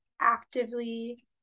actively